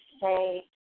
say